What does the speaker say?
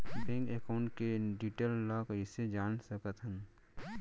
Bank account के detail ल कइसे जान सकथन?